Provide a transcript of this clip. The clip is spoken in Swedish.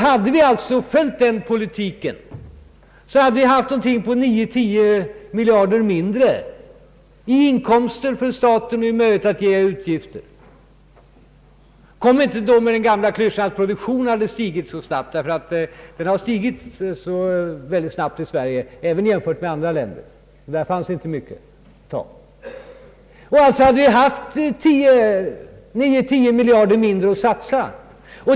Hade vi följt den politiken skulle vi ha haft 9 å 10 miljarder kronor mindre i inkomster för staten och motsvarande mindre möjligheter till utgifter. Kom då inte med den gamla klyschan att produktionen skulle ha stigit snabbare. Den har nämligen stigit väldigt snabbt i Sverige, även i jämförelse med andra länder. Där finns alltså inte mycket att ta. Vi hade emellertid haft 9 å 10 miljarder mindre att satsa.